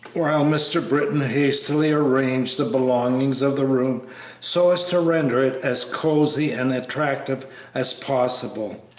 while mr. britton hastily arranged the belongings of the room so as to render it as cosey and attractive as possible.